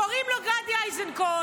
קוראים לו גדי איזנקוט,